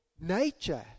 nature